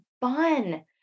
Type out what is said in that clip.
fun